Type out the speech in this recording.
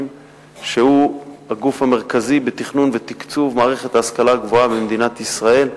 שהוא הגוף המרכזי בתכנון ותקצוב מערכת ההשכלה הגבוהה במדינת ישראל.